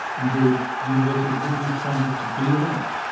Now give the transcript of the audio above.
indeed universities would be funded to be alike,